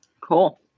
cool